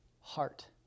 heart